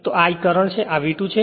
તો આ I current છે આ V2 છે